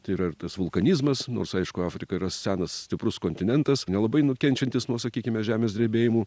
tai yra ir tas vulkanizmas nors aišku afrika yra senas stiprus kontinentas nelabai nukenčiantis nuo sakykime žemės drebėjimų